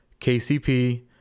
KCP